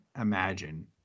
imagine